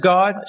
God